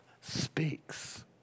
speaks